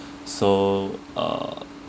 so uh